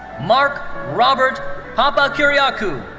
marc robert papakyriakou.